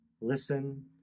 Listen